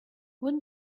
what